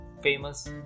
famous